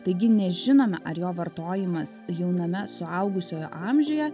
taigi nežinome ar jo vartojimas jauname suaugusiojo amžiuje